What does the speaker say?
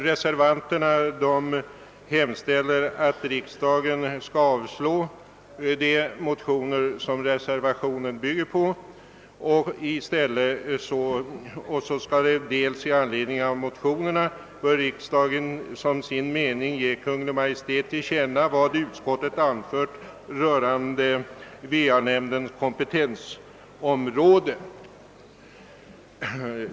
Reservanterna hemställer dels att riksdagen avslår de motioner som reservationen bygger på, dels att riksdagen i anledning av motionerna som sin mening ger Kungl. Maj:t till känna vad utskottet anfört rörande va-nämndens kompetensområde.